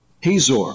Hazor